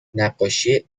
نقاشی